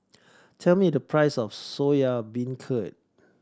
tell me the price of Soya Beancurd